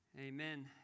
Amen